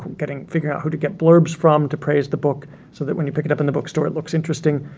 getting-figuring out who to get blurbs from to praise the book so that when you pick it up in the bookstore it looks interesting.